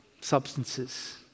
substances